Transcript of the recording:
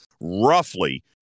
roughly